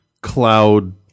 cloud